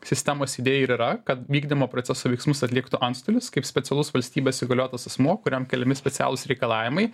sistemos idėjų ir yra kad vykdymo proceso veiksmus atliktų antstolis kaip specialus valstybės įgaliotas asmuo kuriam keliami specialūs reikalavimai